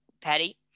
Patty